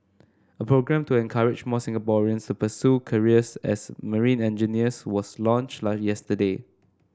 a programme to encourage more Singaporeans to pursue careers as marine engineers was launched yesterday